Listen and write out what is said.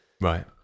Right